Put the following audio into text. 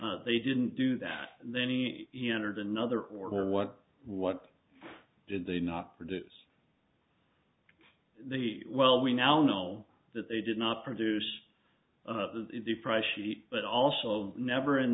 rushes they didn't do that then entered another or what what did they not produce they well we now know that they did not produce the price but also never in